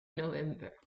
november